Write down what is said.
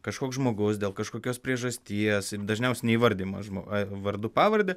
kažkoks žmogus dėl kažkokios priežasties dažniausiai neįvardijamas žmo vardu pavarde